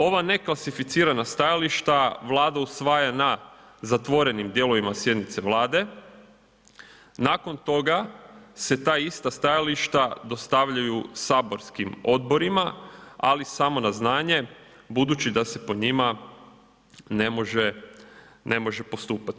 Ova neklasificirana stajališta Vlada usvaja na zatvorenim dijelovima sjednice Vlade, nakon toga se ta ista stajališta dostavljaju saborskim odborima, ali samo na znanje budući da se po njima ne može postupati.